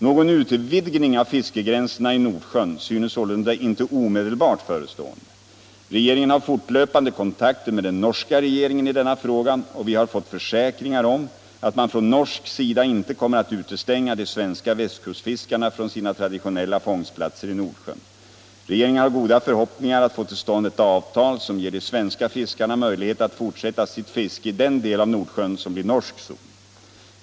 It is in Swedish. Någon utvidgning av fiskegränserna i Nordsjön synes således inte omedelbart förestående. Regeringen har fortlöpande kontakter med den norska regeringen i denna fråga, och vi har fått försäkringar om att man från norsk sida inte kommer att utestänga de svenska västkustfiskarna från deras traditionella fångstplatser i Nordsjön. Regeringen har goda förhoppningar att få till stånd ett avtal, som ger de svenska fiskarna möjlighet att fortsätta sitt fiske i den del av Nordsjön som blir norsk zon.